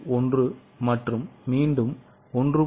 1 மற்றும் மீண்டும் 1